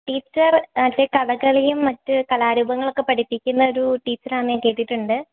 teacher ഈ കഥകളിയും മറ്റ് കലാരൂപങ്ങളും ഒക്കെ പഠിപ്പിക്കുന്ന ഒരു ടീച്ചറാണെന്ന് ഞാൻ കേട്ടിട്ടുണ്ട്